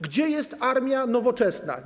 Gdzie jest armia nowoczesna?